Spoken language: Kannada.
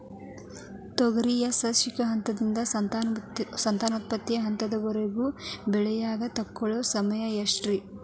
ತೊಗರಿ ಸಸ್ಯಕ ಹಂತದಿಂದ, ಸಂತಾನೋತ್ಪತ್ತಿ ಹಂತದವರೆಗ ಬೆಳೆಯಾಕ ತಗೊಳ್ಳೋ ಸಮಯ ಎಷ್ಟರೇ?